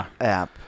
app